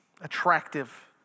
attractive